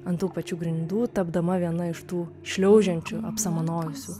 ant tų pačių grindų tapdama viena iš tų šliaužiančių apsamanojusių